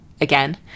again